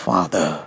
Father